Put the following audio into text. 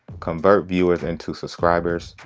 convert viewers into subscribers,